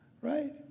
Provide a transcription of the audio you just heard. right